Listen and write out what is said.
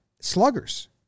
sluggers